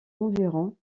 environ